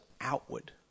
outward